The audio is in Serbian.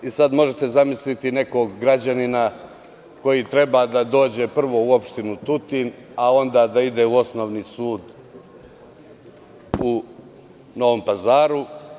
Sada možete zamisliti nekog građanina koji treba da dođe prvo u opštinu Tutin, a onda da ide u osnovni sud u Novom Pazaru.